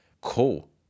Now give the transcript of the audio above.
Cool